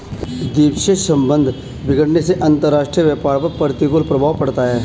द्विपक्षीय संबंध बिगड़ने से अंतरराष्ट्रीय व्यापार पर प्रतिकूल प्रभाव पड़ता है